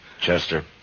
Chester